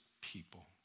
people